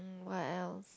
what else